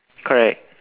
correct